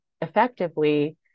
effectively